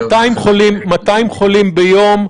200 חולים ביום,